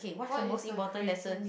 what is the craziest